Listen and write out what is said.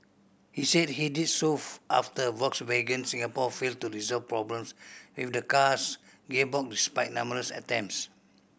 he said he did so after Volkswagen Singapore failed to resolve problems with the car's gearbox despite numerous attempts